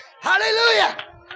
Hallelujah